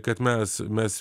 kad mes mes